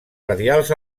radials